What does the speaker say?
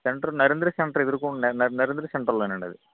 centre Narendra centre ఎదురుకుండా Narendra centre అండి అది